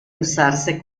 usarse